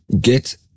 Get